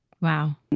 wow